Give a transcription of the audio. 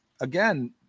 again